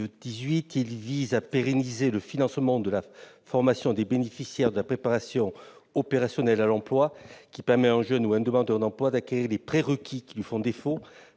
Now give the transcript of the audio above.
vise à pérenniser le financement de la formation des bénéficiaires de la préparation opérationnelle à l'emploi, qui permet à un jeune ou à un demandeur d'emploi d'acquérir les prérequis qui lui font défaut